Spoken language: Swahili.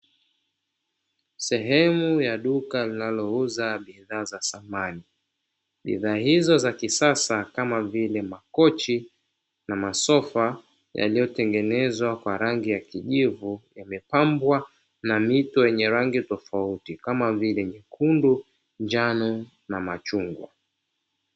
Sehemu ya duka linalouza bidhaa za samani. Bidhaa hizo za kisasa kama vile makochi na masofa yaliyotengenezwa kwa rangi ya kijivu yamepambwa, na mito yenye rangi tofauti kama vile nyekundu, njano na machungwa.